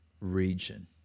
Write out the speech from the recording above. region